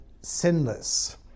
sinless